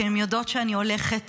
כי הן יודעות שאני הולכת